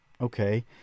okay